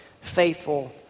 faithful